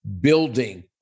building